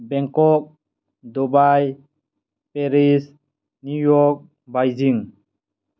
Bangkok Dubai Paris New York Beijing